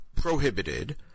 prohibited